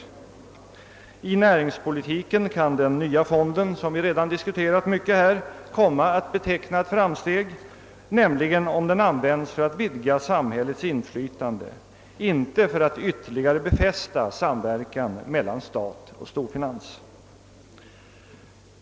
Den nya näringspolitiska fonden, som vi redan diskuterat här, kan beteckna ett framsteg, nämligen om den används för att vidga samhällets inflytande, inte för att ytterligare befästa samverkan mellan stat och storfinans.